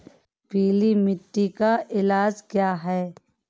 पीली मिट्टी का इलाज क्या है?